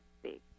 speak